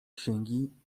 księgi